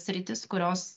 sritys kurios